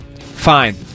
fine